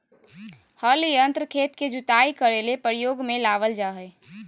हल यंत्र खेत के जुताई करे ले प्रयोग में लाबल जा हइ